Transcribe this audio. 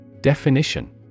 Definition